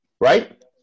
Right